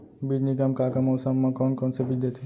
बीज निगम का का मौसम मा, कौन कौन से बीज देथे?